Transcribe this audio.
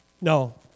no